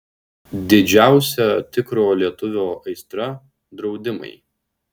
didžiausia tikro lietuvio aistra draudimai